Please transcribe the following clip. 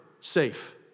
safe